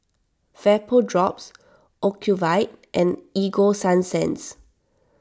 Vapodrops Ocuvite and Ego Sunsense